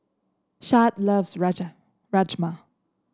Shad loves Rajma